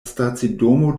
stacidomo